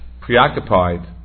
preoccupied